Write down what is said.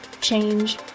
change